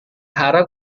harap